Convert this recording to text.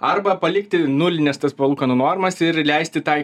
arba palikti nulines tas palūkanų normas ir leisti tai